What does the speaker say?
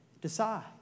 Decide